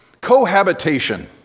Cohabitation